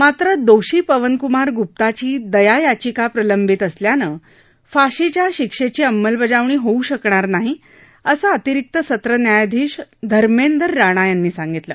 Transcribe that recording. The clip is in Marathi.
मात्र दोषी पवनकुमार गुप्ताची दयायाचिका प्रलंबित असल्यानं फाशीच्या शिक्षधीं अंमलबजावणी होऊ शकणार नाही असं अतिरिक्त सत्र न्यायाधीश धर्मेदर राणा यांनी सांगितलं